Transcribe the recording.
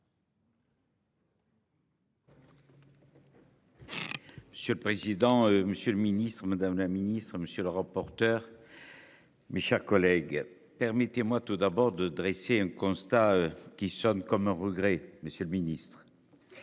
Monsieur le président, Monsieur le Ministre, madame la ministre, monsieur le rapporteur. Mes chers collègues permettez-moi tout d'abord de dresser un constat qui sonne comme un regret. Monsieur le Ministre.